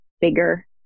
bigger